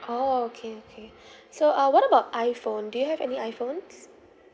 orh okay okay so uh what about iphone do you have any iphones